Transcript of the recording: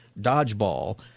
dodgeball